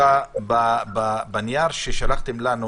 בנייר ששלחתם לנו